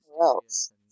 else